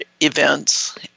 events